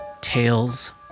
tales